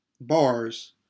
bars